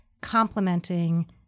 complementing